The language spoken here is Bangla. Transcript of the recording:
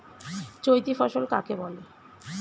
চৈতি ফসল কাকে বলে?